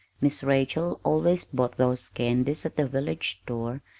miss rachel always bought those candies at the village store,